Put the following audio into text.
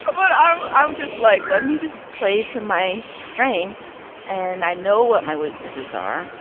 but i'm i'm just like, let me just play to my strengths. and i know what my weaknesses are